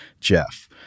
Jeff